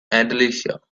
andalusia